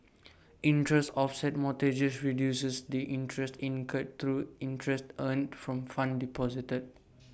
interest offset mortgages reduces the interest incurred through interest earned from funds deposited